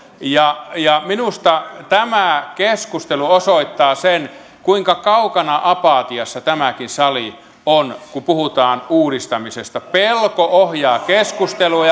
ja ja minusta tämä keskustelu osoittaa sen kuinka kaukana apatiassa tämäkin sali on kun puhutaan uudistamisesta pelko ohjaa keskusteluja